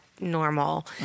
normal